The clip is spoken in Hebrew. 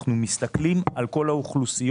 אנחנו מסתכלים על כל האוכלוסיות